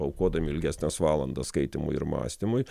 aukodami ilgesnes valandas skaitymui ir mąstymui